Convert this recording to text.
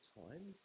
time